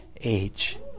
age